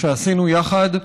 שעשינו יחד.